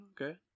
okay